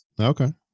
Okay